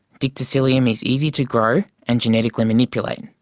dictyostelium is easy to grow and genetically manipulate,